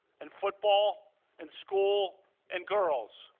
and football and school and girls.